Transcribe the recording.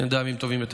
שנדע ימים טובים יותר.